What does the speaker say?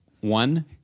one